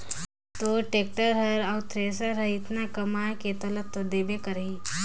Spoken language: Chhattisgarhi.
तोर टेक्टर हर अउ थेरेसर हर अतना कमाये के तोला तो देबे करही